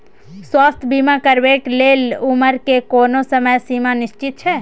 स्वास्थ्य बीमा करेवाक के लेल उमर के कोनो समय सीमा निश्चित छै?